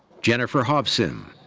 jennifer hauvsim.